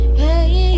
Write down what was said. hey